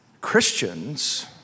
Christians